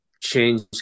change